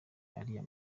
ariya